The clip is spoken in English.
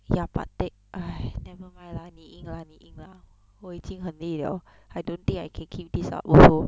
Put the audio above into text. ya but then !hais! never mind ah 你赢了 lah 你赢了 lah 我已经很累 liao I don't think I can keep this up also